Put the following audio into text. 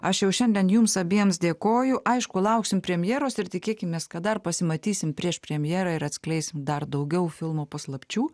aš jau šiandien jums abiems dėkoju aišku lauksim premjeros ir tikėkimės kad dar pasimatysim prieš premjerą ir atskleisim dar daugiau filmo paslapčių